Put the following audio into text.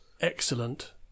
excellent